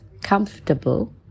comfortable